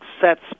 sets